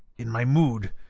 in my mood,